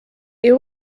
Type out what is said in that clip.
est